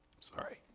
Sorry